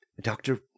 doctor